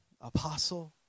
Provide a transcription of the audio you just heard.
apostle